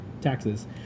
taxes